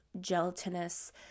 gelatinous